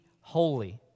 holy